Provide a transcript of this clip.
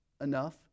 enough